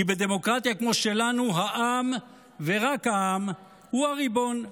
כי בדמוקרטיה כמו שלנו העם ורק העם הוא הריבון,